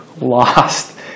lost